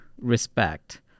respect